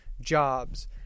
jobs